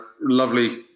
Lovely